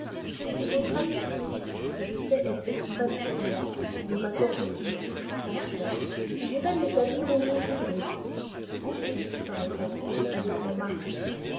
si votre amitié que je sais être extrême pour moi veut m'accorder une petite pension j'irai m'établir où vous voudrez en suisse par exemple avec mon mari